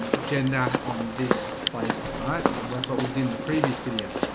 gender on this placement, right? so like what we did in the previous video